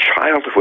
childhood